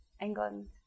England